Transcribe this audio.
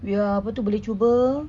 we are apa tu boleh cuba